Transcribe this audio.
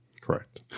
Correct